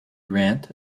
grant